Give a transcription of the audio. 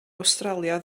awstralia